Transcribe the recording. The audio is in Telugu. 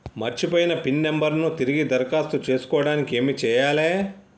మర్చిపోయిన పిన్ నంబర్ ను తిరిగి దరఖాస్తు చేసుకోవడానికి ఏమి చేయాలే?